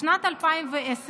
בשנת 2010,